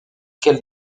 quel